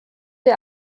der